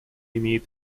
имеет